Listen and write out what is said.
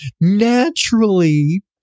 naturally